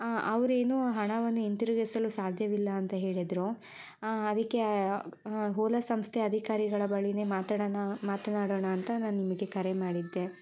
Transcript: ಅವರೇನೋ ಹಣವನ್ನು ಹಿಂತಿರುಗಿಸಲು ಸಾಧ್ಯವಿಲ್ಲ ಅಂತ ಹೇಳಿದರು ಅದಕ್ಕೇ ಓಲಾ ಸಂಸ್ಥೆಯ ಅಧಿಕಾರಿಗಳ ಬಳಿನೇ ಮಾತಾಡಣ ಮಾತನಾಡೋಣ ಅಂತ ನಾನು ನಿಮಗೆ ಕರೆ ಮಾಡಿದ್ದೆ